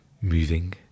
moving